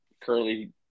curly